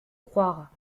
croire